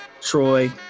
Troy